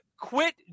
quit